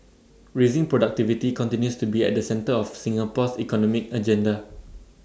raising productivity continues to be at the centre of Singapore's economic agenda